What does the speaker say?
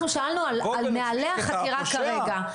אנחנו שאלנו על נהלי החקירה כרגע.